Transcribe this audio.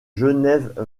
genève